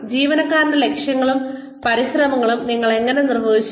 ജീവനക്കാരന്റെ ലക്ഷ്യങ്ങളും പരിശ്രമങ്ങളും നിങ്ങൾ എങ്ങനെ നിർവചിക്കും